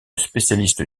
spécialiste